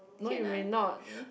no you may not